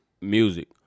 Music